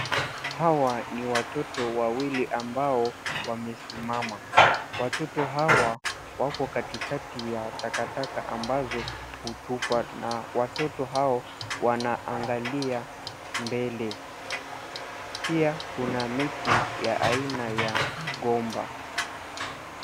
Hawa ni watoto wawili ambao wamesimama. Watoto hawa wako katikati ya takataka ambazo hutupwa na watoto hao wanaangalia mbele. Pia kuna miti ya aina ya migomba.